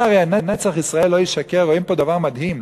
זה הרי "נצח ישראל לא ישקר", רואים פה דבר מדהים.